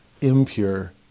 impure